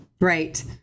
Right